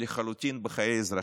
לחלוטין בחיי האזרחים,